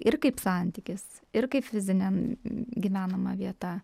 ir kaip santykis ir kaip fiziniam gyvenama vieta